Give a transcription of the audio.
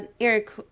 Eric